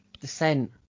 descent